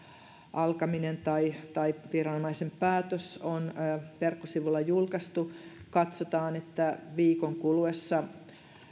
alkaminen tai tai viranomaisen päätös on verkkosivuilla julkaistu katsotaan että viikon kuluessa